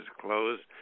closed